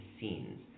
scenes